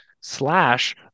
slash